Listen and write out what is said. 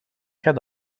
gaat